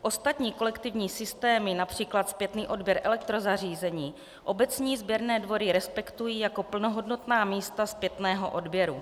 Ostatní kolektivní systémy, například zpětný odběr elektrozařízení, obecní sběrné dvory respektují jako plnohodnotná místa zpětného odběru.